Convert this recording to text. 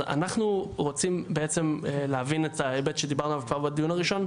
אז אנחנו רוצים בעצם להבין את ההיבט שדיברנו עליו כבר בדיון הראשון,